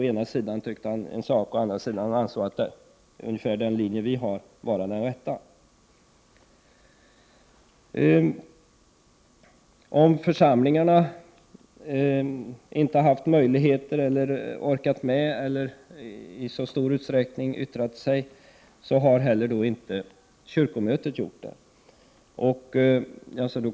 Å ena sidan tyckte han en sak, å andra sidan ansåg han den linje vi står för ungefär vara den rätta. Om nu församlingarna inte haft möjlighet eller orkat med att i stor utsträckning yttra sig över förslaget, så har inte heller kyrkomötet gjort detta.